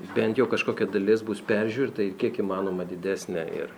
bent jau kažkokia dalis bus peržiūrėta ir kiek įmanoma didesnė ir